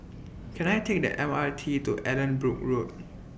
Can I Take The M R T to Allanbrooke Road